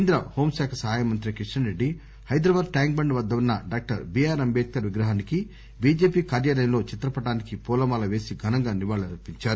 కేంద్ర హోం శాఖ సహాయమంత్రి కిషన్ రెడ్డి హైదరాబాద్ టాంక్ బండ్ వద్ద ఉన్న డాక్టర్ బి ఆర్ అంబేద్కర్ విగ్రహానికి బిజెపి కార్యాయలంలో చిత్రపటానికి పూలమాల పేసి ఘనంగా నివాళులు అర్పించారు